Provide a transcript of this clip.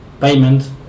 payment